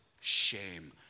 shame